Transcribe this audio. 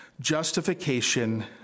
Justification